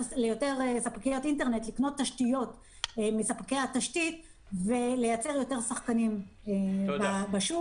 ספקיות אינטרנט לקנות תשתיות מספקי התשתית ולייצר יותר שחקנים בשוק.